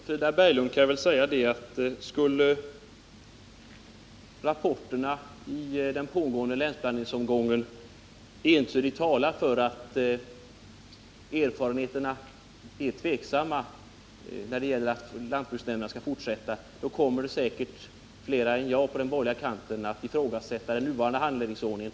Fru talman! Skulle, Frida Berglund, rapporterna i den pågående länsplaneringsomgången entydigt tala för att det är tveksamt om lantbruksnämnderna skall fortsätta att administrera stödet till företag i glesbygder, kommer säkerligen fler än jag på den borgerliga kanten att ifrågasätta den nuvarande handläggningsordningen.